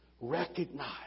Recognize